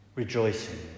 Rejoicing